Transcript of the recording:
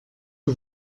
que